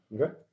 Okay